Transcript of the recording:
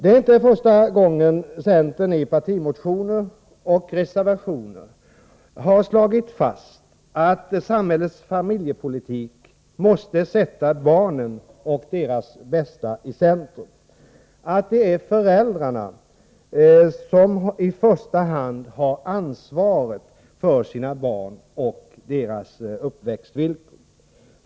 Det är inte första gången centern i partimotioner och reservationer har slagit fast att samhällets familjepolitik måste sätta barnen och deras bästa i centrum, att det är föräldrarna som i första hand har ansvaret för sina barn och deras uppväxtvillkor.